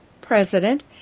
President